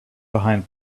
behind